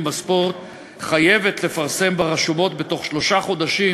בספורט חייבת לפרסם ברשומות בתוך שלושה חודשים,